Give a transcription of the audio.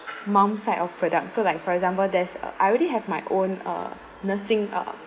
mum's side of product so like for example there's uh I already have my own uh nursing uh